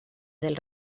del